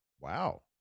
wow